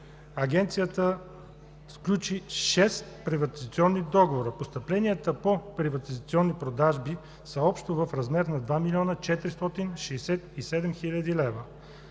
Агенцията сключи шест приватизационни договора. Постъпленията по приватизационни продажби са общо в размер на 2 млн. 467 хил. лв.